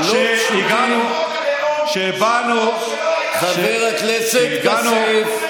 הוא חוק שלא היה באירופה חבר הכנסת כסיף.